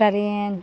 train